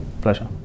pleasure